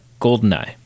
Goldeneye